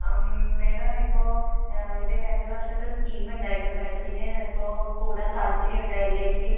അ madam ഇപ്പോൾ ഒരു രണ്ട് വർഷത്തെ സ്കീമുണ്ടായിരുന്നു മേഡത്തിന് ഇപ്പോൾ കൂടാൻ താത്പര്യം ഉണ്ടോ എൽ ഐ സിയിൽ